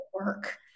work